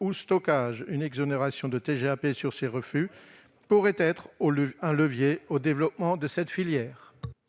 ou en stockage. Une exonération de TGAP sur ces refus pourrait être un levier de développement de la filière.